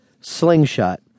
Slingshot